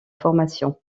formation